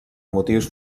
motius